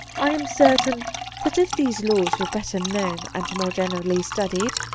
i am certain that if these laws were better known and more generally studied,